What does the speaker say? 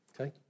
okay